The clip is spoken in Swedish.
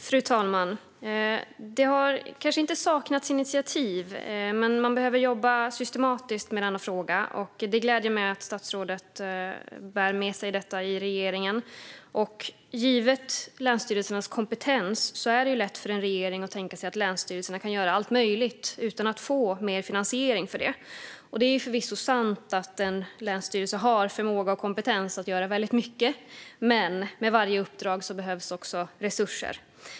Fru talman! Det kanske inte har saknats initiativ, men man behöver jobba systematiskt med denna fråga. Det gläder mig att statsrådet bär med sig detta i regeringen. Givet länsstyrelsernas kompetens är det lätt för en regering att tänka sig att länsstyrelserna kan göra allt möjligt utan att få mer finansiering för det. Det är förvisso sant att en länsstyrelse har förmåga och kompetens att göra väldigt mycket, men för varje uppdrag behövs också resurser.